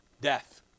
Death